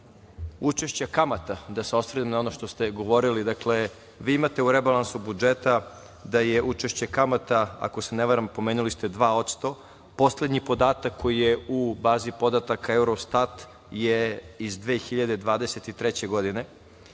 učešća kamata, da se osvrnem na ono što ste govorili. Dakle, vi imate u rebalansu budžeta da je učešće kamata, ako se ne varam pomenuli ste 2% poslednji podatak koji je u bazi podataka, Eurostat je iz 2023. godine,